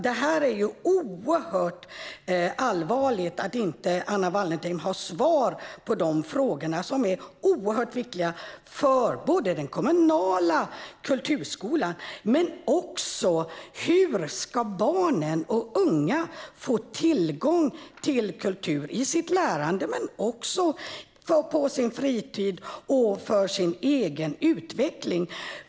Det är oerhört allvarligt att Anna Wallentheim inte har svar på de frågor som är oerhört viktiga både för den kommunala kulturskolan och för hur barn och unga ska få tillgång till kultur i sitt lärande men också på sin fritid och för sin egen utveckling.